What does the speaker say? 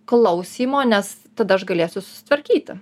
klausymo nes tada aš galėsiu susitvarkyti